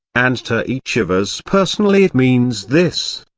and to each of us personally it means this.